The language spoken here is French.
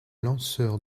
lanceur